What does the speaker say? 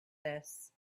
this